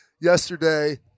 yesterday